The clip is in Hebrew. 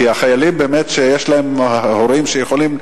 כי חיילים שיש להם הורים שיכולים,